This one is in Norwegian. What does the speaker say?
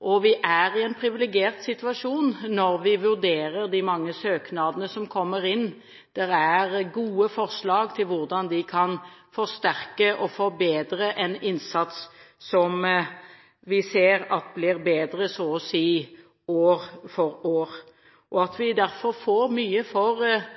og vi er i en privilegert situasjon når vi vurderer de mange søknadene som kommer inn. Det er gode forslag til hvordan de kan forsterke og forbedre en innsats som vi ser blir bedre så å si år for år, og at vi derfor får mye igjen for